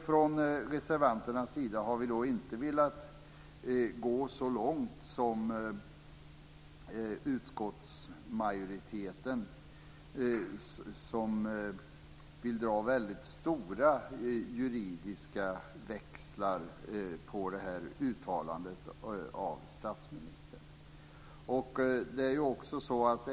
Från reservanternas sida har vi inte velat gå så långt som utskottsmajoriteten, som vill dra väldigt stora juridiska växlar på uttalandet av statsministern.